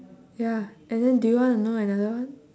ya and then do you want to know another one